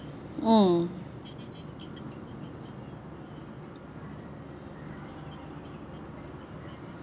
mm